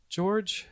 George